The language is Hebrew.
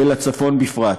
ולצפון בפרט.